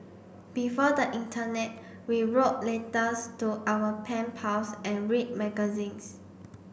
before the internet we wrote letters to our pen pals and read magazines